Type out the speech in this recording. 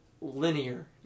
linear